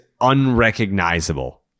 unrecognizable